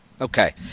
Okay